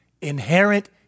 inherent